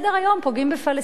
פוגעים בפלסטינים.